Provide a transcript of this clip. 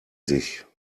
sich